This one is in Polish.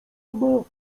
albo